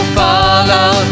follow